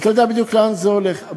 ואתה יודע בדיוק לאן זה הולך.